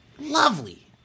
lovely